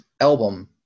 album